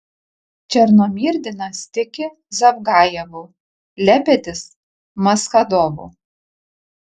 černomyrdinas tiki zavgajevu lebedis maschadovu